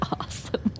awesome